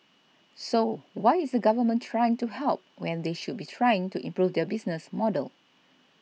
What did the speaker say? so why is the Government trying to help when they should be trying to improve their business model